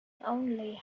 only